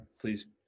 please